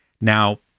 Now